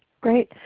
great.